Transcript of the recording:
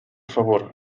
favor